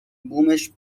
بومش